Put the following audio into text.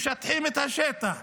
משטחים את השטח,